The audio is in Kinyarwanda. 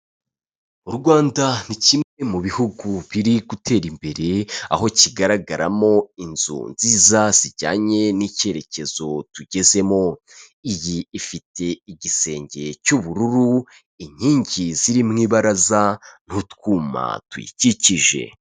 U Rwanda ni kimwe mu bihugu biri gutera imbere aho kigaragaramo inzu nziza zijyanye n'icyerekezo tugezemo iyi ifite igisenge cy'ubururu, nkingi zirimo ibaraza n'utwuma tuyikikije.